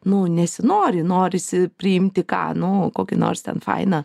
nu nesinori norisi priimti ką nu kokį nors ten fainą